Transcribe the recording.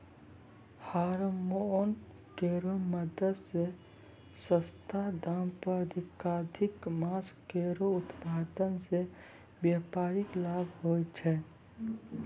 hormone केरो मदद सें सस्ता दाम पर अधिकाधिक मांस केरो उत्पादन सें व्यापारिक लाभ होय छै